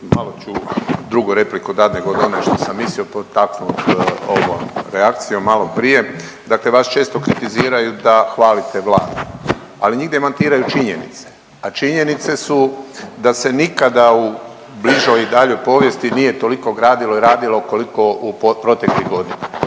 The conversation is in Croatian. malo ću drugu repliku dati nego od one što sam mislio potaknut ovom reakcijom malo prije. Dakle, vas često kritiziraju da hvalite Vladu. Ali njih demantiraju činjenice, a činjenice su da se nikada u bližoj i daljoj povijesti nije toliko gradilo i radilo koliko u proteklih godina.